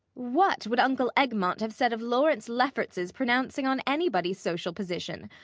what would uncle egmont have said of lawrence lefferts's pronouncing on anybody's social position?